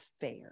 fair